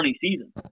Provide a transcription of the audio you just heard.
season